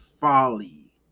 folly